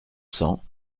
cents